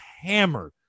hammer